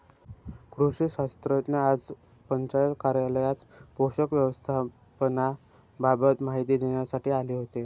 कृषी शास्त्रज्ञ आज पंचायत कार्यालयात पोषक व्यवस्थापनाबाबत माहिती देण्यासाठी आले होते